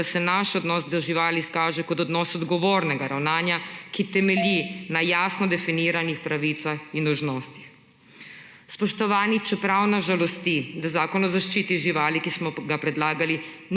da se naš odnos do živali izkaže kot odnos odgovornega ravnanja, ki temelji na javno definiranih pravicah in dolžnostih. Spoštovani! Čeprav nas žalosti, da zakon o zaščiti živali, ki smo ga predlagali,